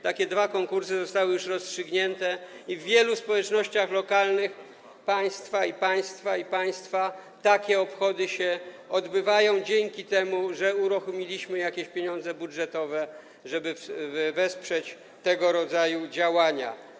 Dwa takie konkursy zostały już rozstrzygnięte i w wielu społecznościach lokalnych państwa i państwa, i państwa takie obchody się odbywają dzięki temu, że uruchomiliśmy jakieś pieniądze budżetowe, żeby wesprzeć tego rodzaju działania.